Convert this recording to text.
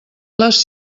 les